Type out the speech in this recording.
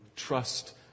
trust